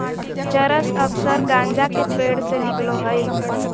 चरस अक्सर गाँजा के पेड़ से निकलो हइ